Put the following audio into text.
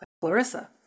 Clarissa